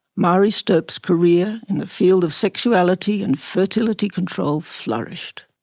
marie stopes' career in the field of sexuality and fertility control flourished.